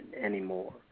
anymore